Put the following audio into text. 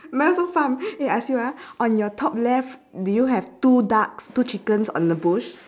mine also farm eh I ask you ah on your top left do you have two ducks two chickens on the bush